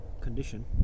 Condition